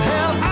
Hell